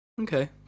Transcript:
Okay